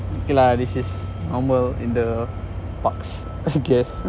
okay lah this is normal in the parks okay